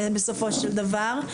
בסופו של דבר.